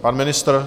Pan ministr?